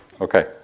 Okay